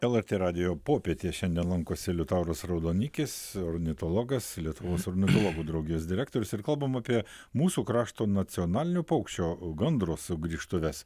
lrt radijo popietė šiandien lankosi liutauras raudonikis ornitologas lietuvos ornitologų draugijos direktorius ir kalbam apie mūsų krašto nacionalinio paukščio gandro sugrįžtuves